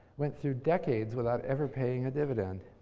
went through decades without ever paying a dividend.